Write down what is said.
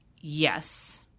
yes